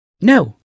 No